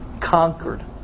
conquered